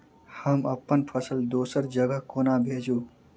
हम अप्पन फसल दोसर जगह कोना भेजू?